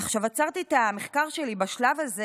עצרתי את המחקר שלי בשלב הזה,